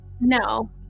No